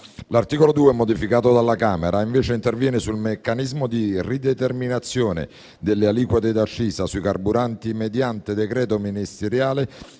L'articolo 2, modificato dalla Camera, interviene sul meccanismo di rideterminazione delle aliquote di accisa sui carburanti mediante decreto ministeriale,